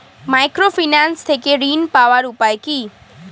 Microfinance থেকে ঋণ পাওয়ার উপায় কি?